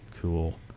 Cool